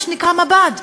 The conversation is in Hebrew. מה שנקרא מב"ד,